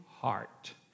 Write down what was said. heart